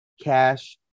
cash